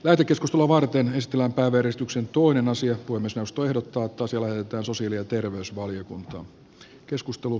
lähetekeskustelua varten istua kaveristuksen että asia lähetetään sosiaali ja terveysvaliokuntaan